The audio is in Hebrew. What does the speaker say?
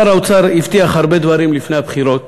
שר האוצר הבטיח הרבה דברים לפני הבחירות